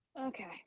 Okay